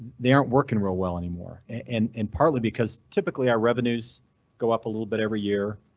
they aren't working real well anymore, and and partly because typically our revenues go up a little bit every year.